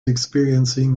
experiencing